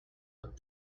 but